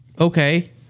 Okay